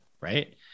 right